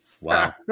Wow